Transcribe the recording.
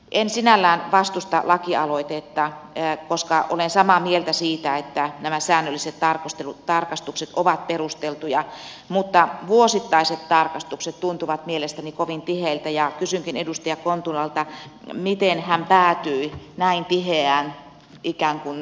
en sinällään vastusta lakialoitetta koska olen samaa mieltä siitä että nämä säännölliset tarkastukset ovat perusteltuja mutta vuosittaiset tarkastukset tuntuvat mielestäni kovin tiheiltä ja kysynkin edustaja kontulalta miten hän päätyi näin tiheään tarkastusväliin